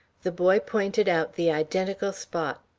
the boy pointed out the identical spot.